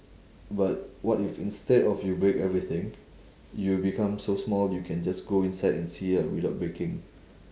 but what if instead of you break everything you become so small you can just go inside and see ah without breaking